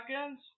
seconds